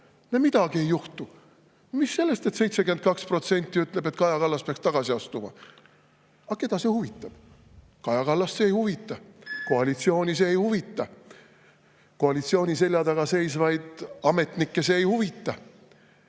Ja midagi ei juhtu. Mis sellest, et 72% ütleb, et Kaja Kallas peaks tagasi astuma. Aga keda see huvitab? Kaja Kallast see ei huvita. Koalitsiooni see ei huvita. Koalitsiooni selja taga seisvaid ametnikke see ei huvita.